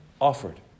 offered